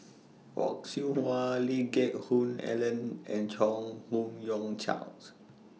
Fock Siew Wah Lee Geck Hoon Ellen and Chong Fook YOU Charles